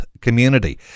community